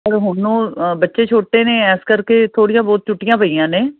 ਪਰ ਹੁਨ ਉਹ ਬੱਚੇ ਛੋਟੇ ਨੇ ਐਸ ਕਰਕੇ ਥੋੜ੍ਹੀਆਂ ਬਹੁਤ ਟੁੱਟੀਆਂ ਪਈਆਂ ਨੇ